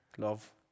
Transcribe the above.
Love